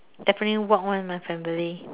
definitely walk [one] with my family